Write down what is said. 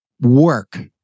work